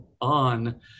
on